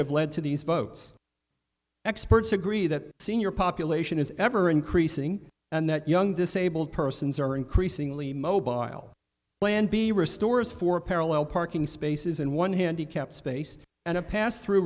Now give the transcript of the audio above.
have led to these votes experts agree that senior population is ever increasing and that young disabled persons are increasingly mobile plan b restores for parallel parking spaces and one handicapped space and a pass through